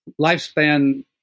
lifespan